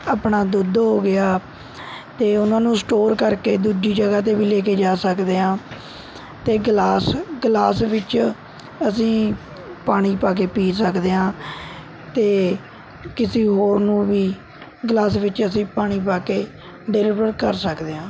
ਆਪਣਾ ਦੁੱਧ ਹੋ ਗਿਆ ਅਤੇ ਉਹਨਾਂ ਨੂੰ ਸਟੋਰ ਕਰਕੇ ਦੂਜੀ ਜਗ੍ਹਾ 'ਤੇ ਵੀ ਲੈ ਕੇ ਜਾ ਸਕਦੇ ਹਾਂ ਅਤੇ ਗਿਲਾਸ ਗਿਲਾਸ ਵਿੱਚ ਅਸੀਂ ਪਾਣੀ ਪਾ ਕੇ ਪੀ ਸਕਦੇ ਹਾਂ ਅਤੇ ਕਿਸੀ ਹੋਰ ਨੂੰ ਵੀ ਗਿਲਾਸ ਵਿੱਚ ਅਸੀਂ ਪਾਣੀ ਪਾ ਕੇ ਡਿਲੀਵਰ ਕਰ ਸਕਦੇ ਹਾਂ